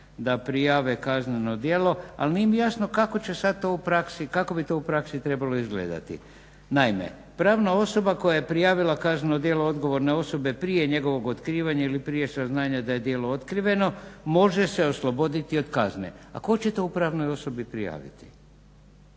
da prijave kazneno djelo. Ali nije mi jasno kako bi to u praksi trebalo izgledati. Naime, pravna osoba koja je prijavila kazneno djelo odgovorne osobe prije njegovog otkrivanja ili prije saznanja da je djelo otkriveno može se osloboditi od kazne. A tko će to u pravnoj osobi prijaviti?